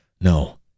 No